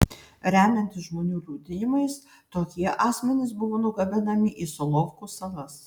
remiantis žmonių liudijimais tokie asmenys buvo nugabenami į solovkų salas